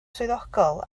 swyddogol